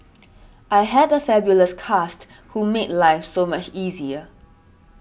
I had a fabulous cast who made life so much easier